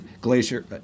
glacier